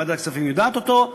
שוועדת הכספים יודעת אותו,